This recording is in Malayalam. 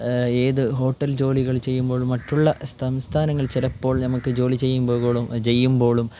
ഏത് ഹോട്ടൽ ജോലികൾ ചെയ്യുമ്പോഴും മറ്റുള്ള സംസ്ഥാനങ്ങൾ ചിലപ്പോൾ നമുക്ക് ജോലി ചെയ്യുമ്പോൾ ചെയ്യുമ്പോളും